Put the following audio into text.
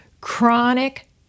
chronic